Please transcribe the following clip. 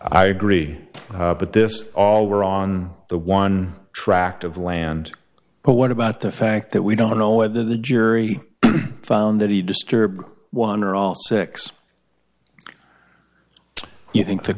i agreed but this all were on the one tract of land but what about the fact that we don't know whether the jury found that he disturbed one or all six you think the